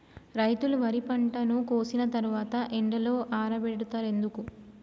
రైతులు వరి పంటను కోసిన తర్వాత ఎండలో ఆరబెడుతరు ఎందుకు?